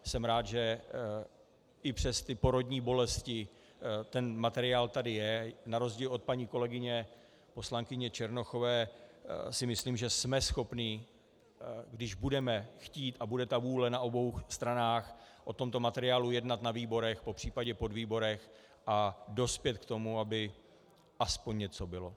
Jsem rád, že i přes ty porodní bolesti ten materiál tady je, na rozdíl od paní kolegyně poslankyně Černochové si myslím, že jsme schopni, když budeme chtít a bude vůle na obou stranách, o tomto materiálu jednat na výborech, popř. podvýborech, a dospět k tomu, aby aspoň něco bylo.